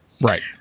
Right